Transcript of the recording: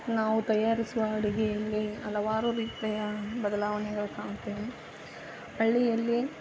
ನಾವು ತಯಾರಿಸುವ ಅಡುಗೆ ಎಣ್ಣೆ ಹಲವಾರು ರೀತಿಯ ಬದಲಾವಣೆಗಳು ಕಾಣ್ತೇವೆ ಹಳ್ಳಿಯಲ್ಲಿ